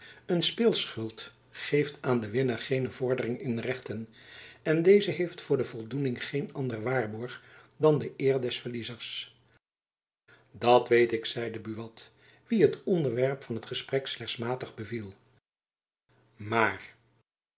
een speelschuld geeft aan den winner geene vordering in rechten en deze heeft voor de voldoening geen anderen waarborg dan de eer des verliezers dat weet ik zeide buat wien het onderwerp van het gesprek slechts matig beviel maar